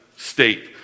State